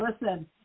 listen